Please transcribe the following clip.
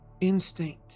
instinct